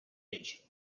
bridge